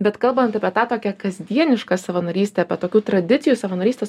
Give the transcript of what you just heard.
bet kalbant apie tą tokią kasdienišką savanorystę apie tokių tradicijų savanorystes